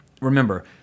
remember